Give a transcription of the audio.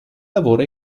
lavoro